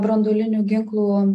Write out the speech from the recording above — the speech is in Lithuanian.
branduolinių ginklų